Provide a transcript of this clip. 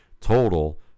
total